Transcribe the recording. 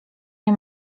nie